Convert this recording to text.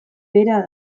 bera